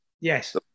Yes